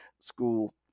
school